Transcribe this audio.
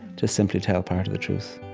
to simply tell part of the truth